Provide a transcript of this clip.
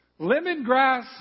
lemongrass